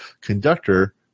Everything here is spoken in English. conductor